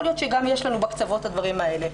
יכול להיות שיש לנו בקצוות את הדברים האלה.